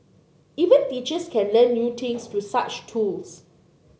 even teachers can learn new things through such tools